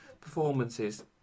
performances